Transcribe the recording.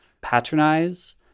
patronize